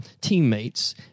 teammates